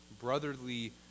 brotherly